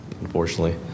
unfortunately